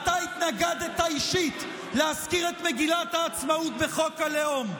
אתה התנגדת אישית להזכיר את מגילת העצמאות בחוק הלאום.